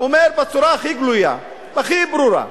אומר בצורה הכי גלויה, הכי ברורה,